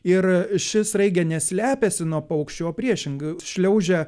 ir ši sraigė ne slepiasi nuo paukščių o priešingai šliaužia